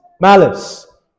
malice